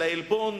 של העלבון,